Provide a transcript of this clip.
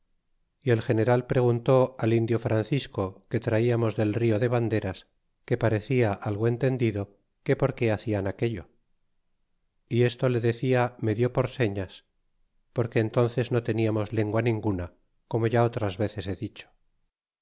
y el general preguntó al indio francisco que traíamos del rio de vanderas que parecia algo entendido que por qué hacian aquello y esto le decía medio por señas porque entónces no teniamos lengua ninguna como ya otras veces he dicho